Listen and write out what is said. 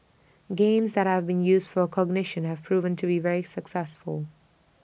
games that have been used for A cognition have proven to be very successful